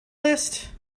list